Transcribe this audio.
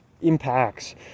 impacts